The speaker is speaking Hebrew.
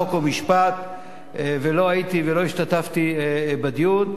חוק ומשפט ולא הייתי ולא השתתפתי בדיון,